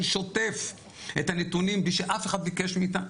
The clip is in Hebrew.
שוטף את הנתונים בלי שאף אחד ביקש מאיתנו.